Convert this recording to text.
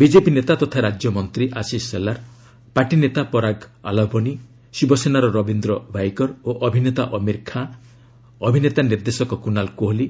BJP ନେତା ତଥା ରାଜ୍ୟ ମନ୍ତ୍ରୀ ଆଶିଷ ଶେଲାର୍ ପାର୍ଟି ନେତା ପରାଗ ଆଲାବନି ଶିବସେନାର ରବୀନ୍ଦ୍ର ଭାଇକର୍ ଓ ଅଭିନେତା ଅମୀର୍ ଖାଁ ଅଭିନେତା ନିର୍ଦ୍ଦେଶକ କୁନାଲ୍ କୋହଲି